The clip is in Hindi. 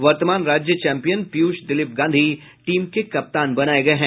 वर्तमान राज्य चैम्पियन पीयूष दिलीप गांधी टीम के कप्तान बनाये गये हैं